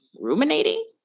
ruminating